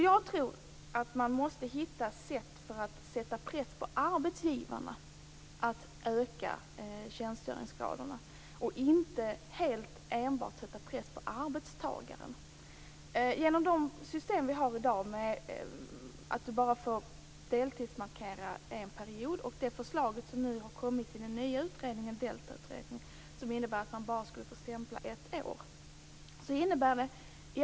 Jag tror att man måste hitta sätt för att sätta press på arbetsgivarna att öka tjänstgöringsgraden, inte enbart sätta press på arbetstagaren. Enligt det system vi har i dag får man bara deltidsmarkera en period. Det förslag som nu har kommit i den nya utredningen, DELTA-utredningen, innebär att man bara skulle få stämpla i ett år.